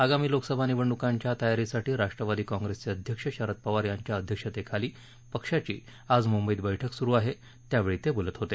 आगामी लोकसभा निवडणुकांच्या तयारीसाठी राष्ट्रवादी काँग्रेसचे अध्यक्ष शरद पवार यांच्या अध्यक्षतेखाली पक्षाची आज मुंबईत बछिक सुरु आहे त्यावेळी ते बोलत होते